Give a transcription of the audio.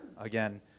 Again